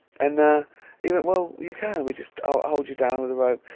and ah, he went, well, you can. we'll just. i hold you down with a rope,